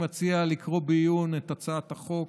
אני מציע לקרוא בעיון את הצעת החוק,